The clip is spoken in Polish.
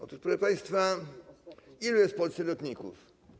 Otóż, proszę państwa, ilu jest w Polsce lotników?